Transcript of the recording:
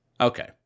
Okay